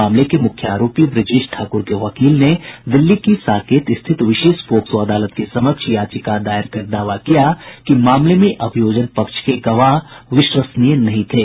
मामले के मुख्य आरोपी ब्रजेश ठाकुर के वकील ने दिल्ली की साकेत स्थित विशेष पोक्सो अदालत के समक्ष याचिका दायर कर दावा किया कि मामले में अभियोजन पक्ष के गवाह विश्वसनीय नहीं थे